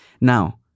Now